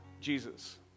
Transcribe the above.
Jesus